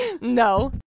no